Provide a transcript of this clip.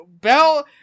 Bell